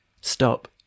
Stop